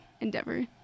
endeavor